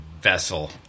Vessel